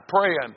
praying